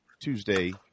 Tuesday